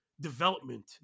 development